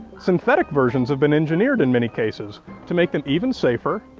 synthetic versions have been engineered in many cases to make them even safer,